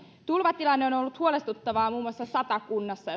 tulvatilanne on on ollut huolestuttava muun muassa satakunnassa